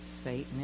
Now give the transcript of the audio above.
satan